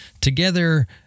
together